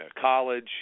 college